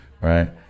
right